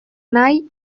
nahi